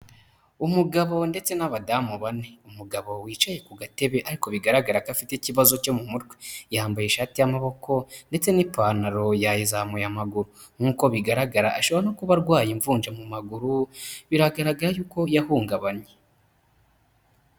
Umugabo ndetse n'abadamu bane, umugabo wicaye ku gatebe ariko bigaragara ko afite ikibazo cyo mu mutwe, yambaye ishati y'amaboko ndetse n'ipantaro yayizamuye amaguru, nk'uko bigaragara ashobora no kuba arwaye imvunja mu maguru, biragaragara ko yahungabanye.